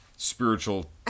spiritual